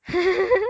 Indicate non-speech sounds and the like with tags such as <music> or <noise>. <laughs>